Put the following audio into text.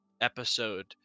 episode